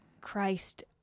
Christ